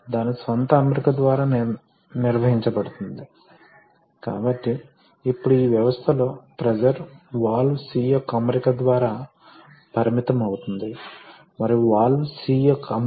మీ స్వంత ఇంట్లో బాత్రూమ్లలో చూశారా పైపు లో కొంత ద్రవం ప్రవహిస్తుందని మీకు వివిధ రకాల ఫిట్టింగులు కావాలి మీకు వివిధ రకాల జాయింట్స్ కావాలి మీకు పైపు అవసరం ఇది సాధారణంగా బాత్రూమ్లలో ఫార్మ్ పైపు కావచ్చు ఇది కొన్నిసార్లు స్థిరమైన మెటల్ పైపు కావచ్చు